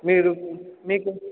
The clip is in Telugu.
మీరు మీకు